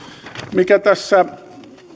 mikä tässä